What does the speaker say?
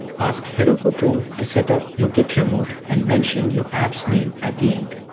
ask heroku tool to setup your git remote and mention your app's name at the end.